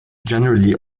generally